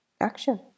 action